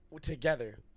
together